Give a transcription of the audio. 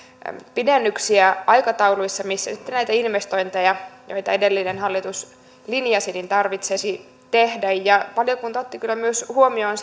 pidennyksiä aikatauluissa missä näitä investointeja joita edellinen hallitus linjasi tarvitsisi tehdä valiokunta otti kyllä myös huomioon